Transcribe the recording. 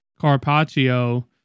Carpaccio